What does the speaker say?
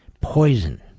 poison